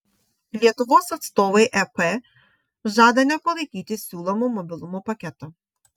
lietuvos atstovai ep žada nepalaikyti siūlomo mobilumo paketo